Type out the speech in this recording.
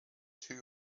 two